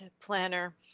planner